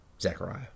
Zechariah